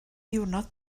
ddiwrnod